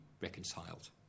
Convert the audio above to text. reconciled